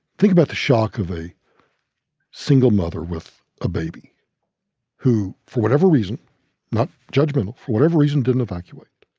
think about the shock of a single mother with a baby who, for whatever reason not judgmental for whatever reason, didn't evacuate.